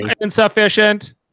insufficient